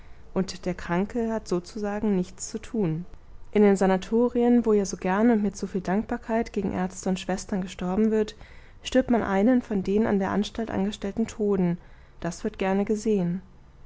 und der kranke hat sozusagen nichts zu tun in den sanatorien wo ja so gern und mit so viel dankbarkeit gegen ärzte und schwestern gestorben wird stirbt man einen von den an der anstalt angestellten toden das wird gerne gesehen